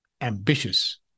Ambitious